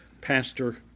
pastor